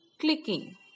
clicking